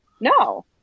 No